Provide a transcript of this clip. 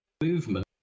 movement